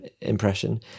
impression